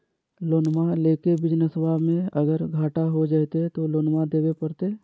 लोनमा लेके बिजनसबा मे अगर घाटा हो जयते तो लोनमा देवे परते?